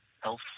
health